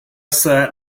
sat